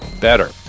better